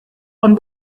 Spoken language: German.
von